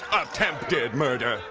ah attempted murder.